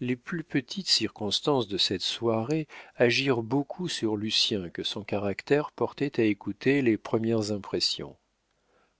les plus petites circonstances de cette soirée agirent beaucoup sur lucien que son caractère portait à écouter les premières impressions